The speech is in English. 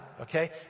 Okay